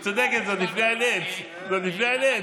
צודקת, זה עוד לפני הנץ, זה עוד לפני הנץ.